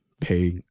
pay